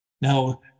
Now